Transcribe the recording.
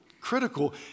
critical